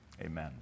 Amen